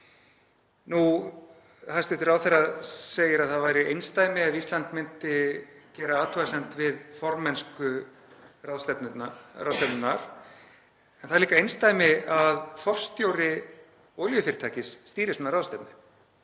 Hæstv. ráðherra segir að það væri einsdæmi ef Ísland myndi gera athugasemd við formennsku ráðstefnunnar. En það er líka einsdæmi að forstjóri olíufyrirtækis stýri svona ráðstefnu.